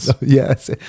Yes